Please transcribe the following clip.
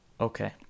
Okay